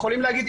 יכולים להגיד,